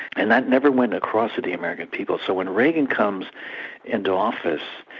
and that never went across with the american people, so when reagan comes into office,